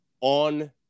on